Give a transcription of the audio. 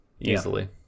easily